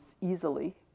easily